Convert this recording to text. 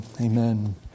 amen